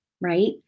right